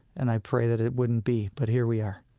and i prayed that it wouldn't be, but here we are.